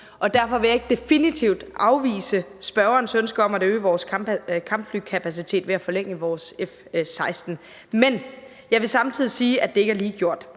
Derfor vil jeg ikke definitivt afvise spørgerens ønske om at øge vores kampflykapacitet ved at forlænge levetiden for vores F-16-fly, men jeg vil samtidig sige, at det ikke er lige gjort.